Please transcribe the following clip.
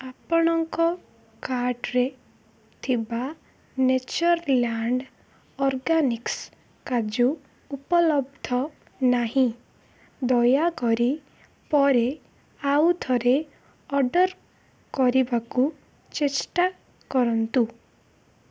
ଆପଣଙ୍କ କାର୍ଟ୍ରେ ଥିବା ନେଚର୍ଲ୍ୟାଣ୍ଡ୍ ଅର୍ଗାନିକ୍ସ୍ କାଜୁ ଉପଲବ୍ଧ ନାହିଁ ଦୟାକରି ପରେ ଆଉଥରେ ଅର୍ଡ଼ର୍ କରିବାକୁ ଚେଷ୍ଟା କରନ୍ତୁ